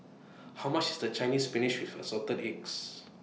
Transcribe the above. How much IS The Chinese Spinach with Assorted Eggs